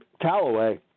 Callaway